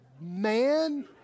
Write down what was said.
man